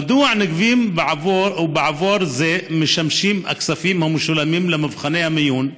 מדוע נגבים בעבור זה ולמה משמשים הכספים המשולמים למבחני המיון?